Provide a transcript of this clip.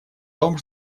том